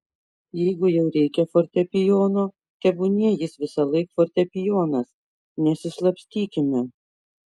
jeigu jau reikia fortepijono tebūnie jis visąlaik fortepijonas nesislapstykime